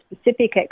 specific